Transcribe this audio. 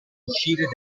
uscire